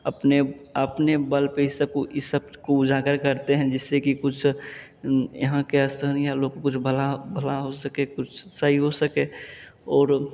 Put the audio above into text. अपने अपने बल पर इस सब को इस सब को उजागर करते हैं जिससे कि कुछ यहाँ के स्थानीय लोग को कुछ भला भला हो सके कुछ सही हो सके और